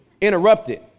interrupted